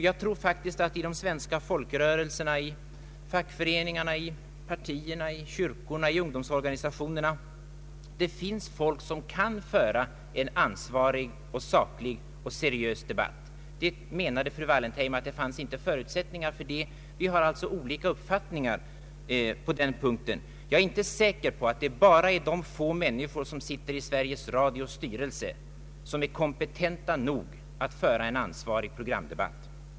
Jag tror faktiskt att det i de svenska folkrörelserna, i fackföreningarna, i partierna, i kyrkorna, i ungdomsorganisationerna finns folk som kan föra en ansvarig, saklig och seriös debatt. Fru Wallentheim menade att det inte fanns förutsättningar för det. Vi har alltså olika uppfattningar på den punkten. Jag är inte säker på att det bara är de få människor som sitter i Sveriges Radios styrelse som är kompetenta nog att föra en ansvarig programdebatt.